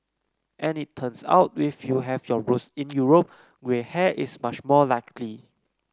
and it turns out if you have your roots in Europe grey hair is much more likely